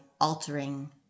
altering